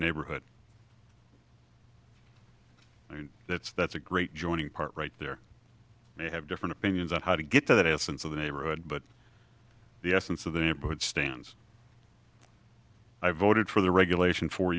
neighborhood i mean that's that's a great joining part right there they have different opinions on how to get to that essence of the neighborhood but the essence of the neighborhood stands i voted for the regulation four